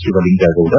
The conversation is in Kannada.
ಶಿವಲಿಂಗೇಗೌಡ